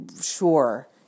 Sure